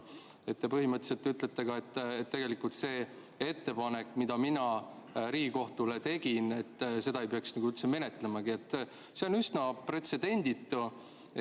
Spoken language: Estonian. Te põhimõtteliselt ütlete ka, et tegelikult seda ettepanekut, mille mina Riigikohtule tegin, ei peaks üldse menetlemagi. See on üsna pretsedenditu.